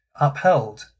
upheld